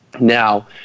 Now